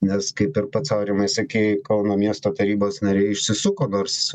nes kaip ir pats aurimai sakei kauno miesto tarybos nariai išsisuko nors